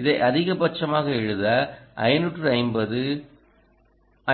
இதை அதிகபட்சமாக எழுத 550